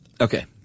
Okay